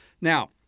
Now